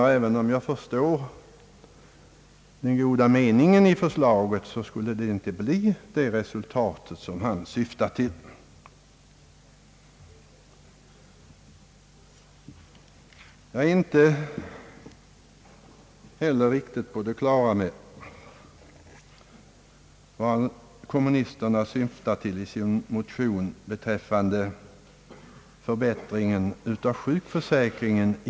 Även om jag förstår den goda meningen i herr Werners förslag vill jag påpeka att resultatet inte skulle bli det han syftar till. Jag är inte heller riktigt på det klara med vad kommunisterna syftar till i sin motion om förbättringen av sjukförsäkringen.